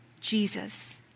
jesus